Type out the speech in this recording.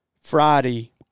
Friday